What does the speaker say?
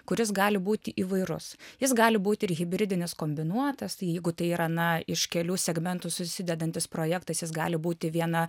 kuris gali būti įvairus jis gali ir būti hibridinis kombinuotas jeigu tai yra na iš kelių segmentų susidedantis projektas jis gali būti viena